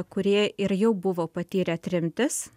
kurie ir jau buvo patyrę tremtis